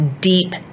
deep